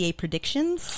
predictions